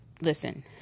listen